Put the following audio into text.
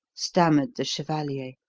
stammered the chevalier.